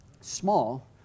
Small